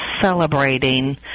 celebrating